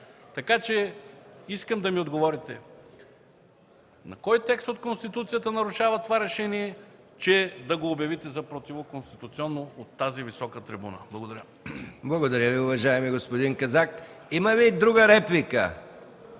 Така че искам да ми отговорите: кой текст от Конституцията нарушава това решение, че да го обявите за противоконституционно от тази висока трибуна? Благодаря. ПРЕДСЕДАТЕЛ МИХАИЛ МИКОВ: Благодаря Ви, уважаеми господин Казак. Има ли друга реплика?